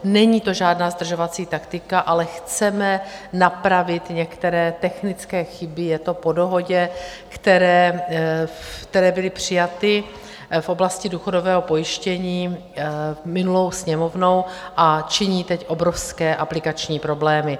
Není to žádná zdržovací taktika, ale chceme napravit některé technické chyby je to po dohodě které byly přijaty v oblasti důchodového pojištění minulou Sněmovnou a činí teď obrovské aplikační problémy.